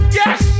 yes